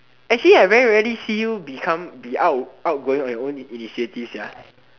actually I very rarely see you become be out~ outgoing on your own initiative sia